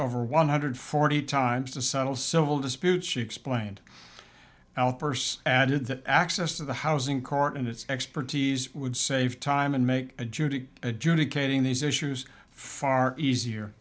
over one hundred forty times to settle civil dispute she explained outburst added that access to the housing court in its expertise would save time and make adjudicate adjudicating these issues far easier